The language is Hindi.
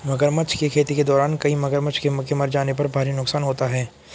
मगरमच्छ की खेती के दौरान कई मगरमच्छ के मर जाने पर भारी नुकसान होता है